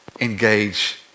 engage